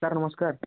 sir ନମସ୍କାର